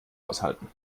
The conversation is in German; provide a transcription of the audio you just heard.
aushalten